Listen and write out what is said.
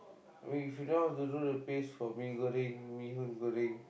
I mean if you know how to do the paste for mee-goreng mee-hoon-goreng